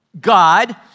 God